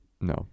no